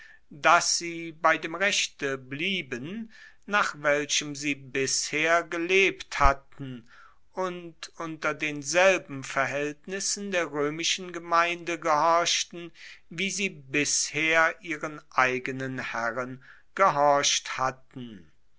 dass sie bei dem rechte blieben nach welchem sie bisher gelebt hatten und unter denselben verhaeltnissen der roemischen gemeinde gehorchten wie sie bisher ihren eigenen herren gehorcht hatten